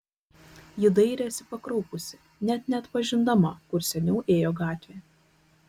ji dairėsi pakraupusi net neatpažindama kur seniau ėjo gatvė